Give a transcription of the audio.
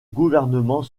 gouvernement